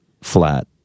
flat